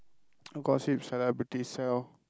know gossip celebrity sell